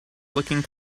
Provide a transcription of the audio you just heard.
looking